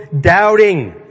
doubting